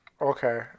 Okay